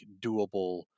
doable